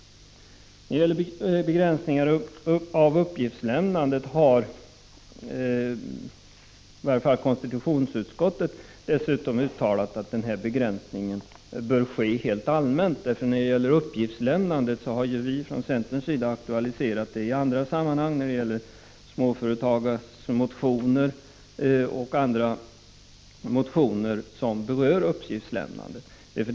När det gäller begränsning av uppgiftslämnandet har i varje fall konstitutionsutskottet dessutom uttalat att en begränsning bör ske helt allmänt. Från centerns sida har vi aktualiserat uppgiftslämnandet i andra sammanhang, t.ex. i motioner om småföretagare och i andra motioner som berör uppgiftslämnande.